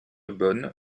bonne